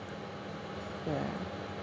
ya